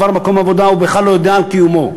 עבר מקום עבודה והוא בכלל לא יודע על קיומן,